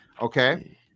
Okay